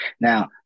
Now